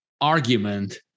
argument